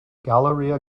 galleria